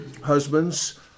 Husbands